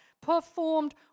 performed